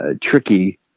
tricky